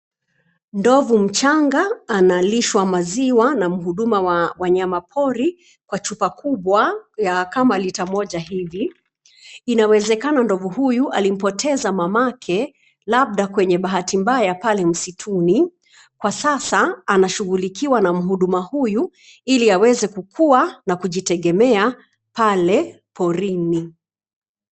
Ndovu mchanga analishwa maziwa na mhuduma wa wanyama pori kwa chupa kubwa ya kama lita moja hivi, inawezekana ndovu huyu alimpoteza mamake labda kwenye bahati mbaya ya pale msituni. Kwa sasa anashughuikiwa na mhuduma huyu ili aweze kukuwa na kujitegemea pale porini.